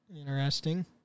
Interesting